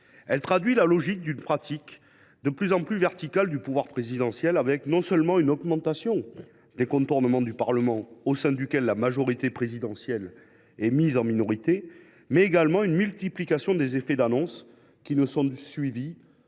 Elle reflète une pratique de plus en plus verticale du pouvoir présidentiel, qui se traduit non seulement par une augmentation des contournements du Parlement, au sein duquel la majorité présidentielle est en minorité, mais également par une multiplication des effets d’annonces, qui ne sont suivis